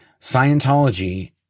Scientology